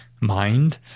mind